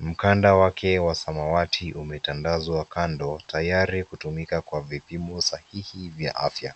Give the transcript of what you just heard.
Mkanda wake wa samawati umetandazwa kando, tayari kutumika kwa vipimo sahihi vya afya.